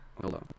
Hello